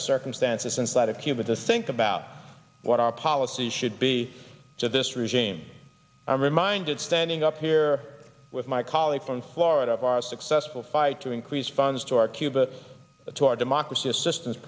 of circumstances inside of cuba to sink about what our policy should be so this regime i'm reminded standing up here with my colleague from florida of our successful fight to increase funds to our cuba to our democracy assistance